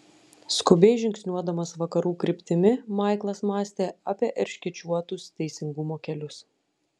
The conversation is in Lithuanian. skubiai žingsniuodamas vakarų kryptimi maiklas mąstė apie erškėčiuotus teisingumo kelius